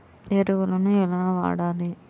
ఎరువులను ఎలా వాడాలి?